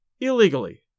illegally